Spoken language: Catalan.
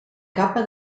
capa